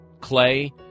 clay